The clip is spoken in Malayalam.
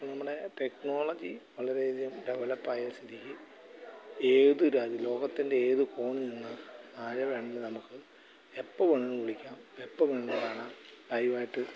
അപ്പോൾ നമ്മുടെ ടെക്നോളജി വളരെയധികം ഡെവലപ്പ് ആയ സ്ഥിതിക്ക് ഏത് രാജ്യം ലോകത്തിൻ്റെ ഏത് കോണിൽ നിന്ന് ആരെ വേണമെങ്കിലും നമുക്ക് എപ്പോൽ വേണമെങ്കിലും വിളിക്കാം എപ്പോൾ വേണമെങ്കിലും കാണാം ലൈവ് ആയിട്ട്